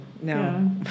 no